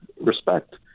respect